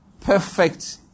Perfect